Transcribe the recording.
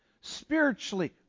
Spiritually